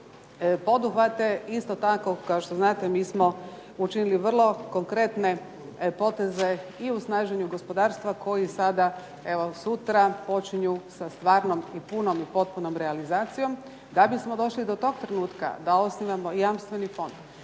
poduhvate. Isto tako, kao što znate mi smo učinili vrlo konkretne poteze i u snaženju gospodarstva koji sada evo sutra počinju sa stvarnom i punom i potpunom realizacijom. Da bismo došli do tog trenutka da osnivamo jamstveni fond,